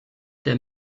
der